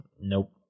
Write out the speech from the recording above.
nope